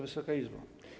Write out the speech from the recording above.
Wysoka Izbo!